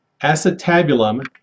Acetabulum